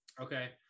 okay